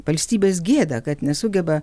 valstybės gėda kad nesugeba